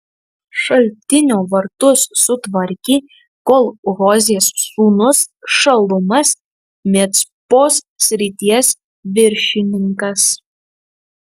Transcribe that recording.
šaltinio vartus sutvarkė kol hozės sūnus šalumas micpos srities viršininkas